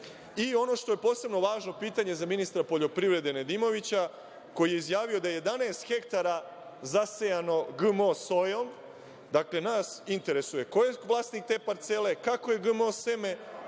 što je posebno važno, pitanje za ministra poljoprivrede Nedimovića, koji je izjavio da je 11 hektara zasejano GMO sojom, nas interesuje – ko je vlasnik te parcele, kako je GMO seme